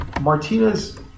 Martinez